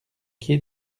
quai